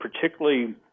particularly